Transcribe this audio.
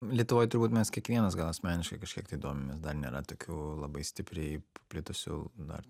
lietuvoj turbūt mes kiekvienas gal asmeniškai kažkiektai domimės dar nėra tokių labai stipriai paplitusių na ar